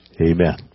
Amen